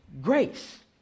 grace